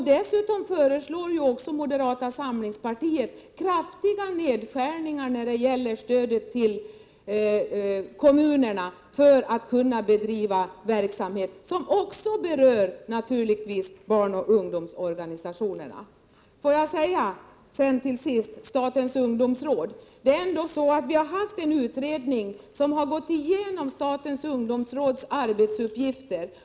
Moderata samlingspartiet föreslår dessutom kraftiga nedskärningar när det gäller stödet till kommunernas verksamhet, vilka naturligtvis också berör barnoch ungdomsorganisationerna. Vi har ju ändå haft en utredning som har sett över arbetsuppgifterna för statens ungdomsråd.